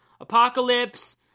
apocalypse